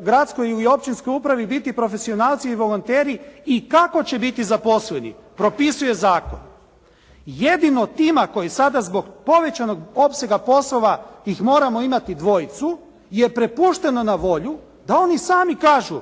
gradskoj ili općinskoj upravi biti profesionalci i volonteri i kako će biti zaposleni propisuje zakon. Jedino tima koji sada zbog povećanog opsega poslova ih moramo imati dvojicu je prepušteno na volju da oni sami kažu: